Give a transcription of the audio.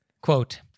quote